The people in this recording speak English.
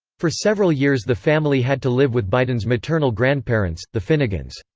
for several years the family had to live with biden's maternal grandparents, the finnegans.